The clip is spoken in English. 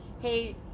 hey